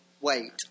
wait